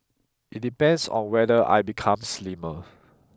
it depends on whether I become slimmer